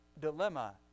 dilemma